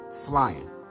flying